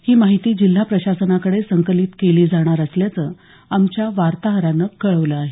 ही माहिती जिल्हा प्रशासनाकडे संकलित केली जाणार असल्याचं आमच्या वार्ताहरानं कळवलं आहे